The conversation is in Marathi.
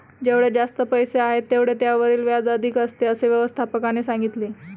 जेवढे जास्त पैसे आहेत, तेवढे त्यावरील व्याज अधिक असते, असे व्यवस्थापकाने सांगितले